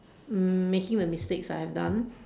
mm making the mistakes I have done